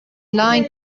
line